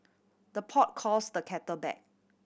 the pot calls the kettle back